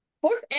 fourth